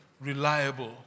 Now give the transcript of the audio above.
reliable